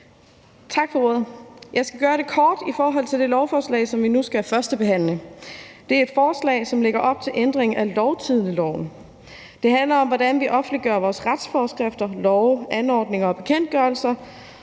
Jeg skal gøre det kort i forhold til det lovforslag, som vi nu skal førstebehandle. Det er et forslag, som lægger op til ændring af lovtidendeloven. Det handler om, hvordan vi offentliggør vores retsforskrifter, love, anordninger og bekendtgørelser.